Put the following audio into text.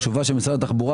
התשובה של משרד התחבורה,